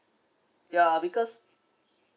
ya lah because